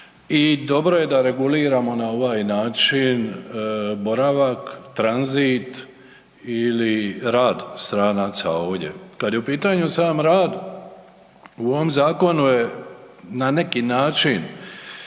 dobro da je reguliramo na ovaj način boravak, tranzit ili rad stranaca ovdje. Kad je u pitanju sam rad, u ovo zakonu je na neki način